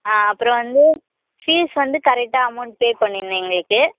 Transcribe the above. ஆ அப்புறம் வந்து ஃபீஸ் வந்து கரெக்டாக அமவுண்ட் பே பண்ணிடணும் எங்களுக்கு